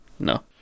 No